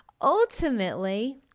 ultimately